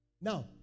Now